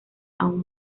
aún